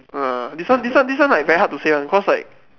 uh this one this one this one like very hard to say [one] cause like